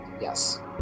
Yes